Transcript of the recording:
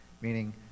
meaning